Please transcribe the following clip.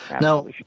Now